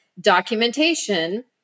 documentation